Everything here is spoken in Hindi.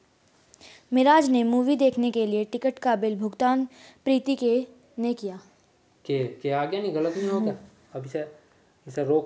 मिराज में मूवी देखने के लिए टिकट का बिल भुगतान प्रीति ने किया